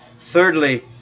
Thirdly